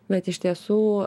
bet iš tiesų